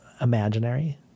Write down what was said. imaginary